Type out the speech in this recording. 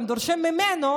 הם דורשים ממנו